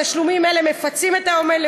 תשלומים אלה מפצים את האומן,